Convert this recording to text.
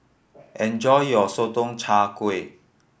enjoy your Sotong Char Kway